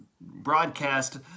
broadcast